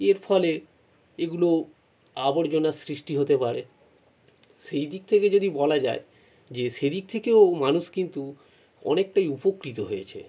এর ফলে এগুলো আবর্জনা সৃষ্টি হতে পারে সেই দিক থেকে যদি বলা যায় যে সেদিক থেকেও মানুষ কিন্তু অনেকটাই উপকৃত হয়েছে